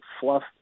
fluff